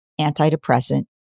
antidepressant